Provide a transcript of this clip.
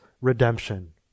redemption